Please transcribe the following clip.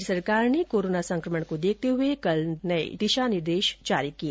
राज्य सरकार ने कोरोना संक्रमण को देखते हुए कल नए दिशा निर्देश जारी किए